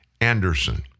Anderson